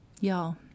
Y'all